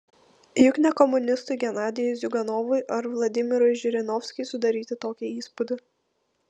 juk ne komunistui genadijui ziuganovui ar vladimirui žirinovskiui sudaryti tokį įspūdį